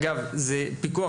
אגב, זה פיקוח